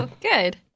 Good